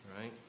right